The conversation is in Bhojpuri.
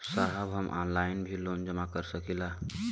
साहब हम ऑनलाइन भी लोन जमा कर सकीला?